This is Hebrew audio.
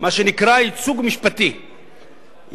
ייצוג משפטי,